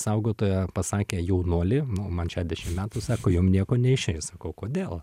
saugotoja pasakė jaunuoli man šedešim metų sako jum nieko neišeis sakau kodėl